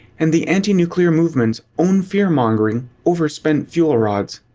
and the anti-nuclear movement's own fear-mongering over spent fuel rods.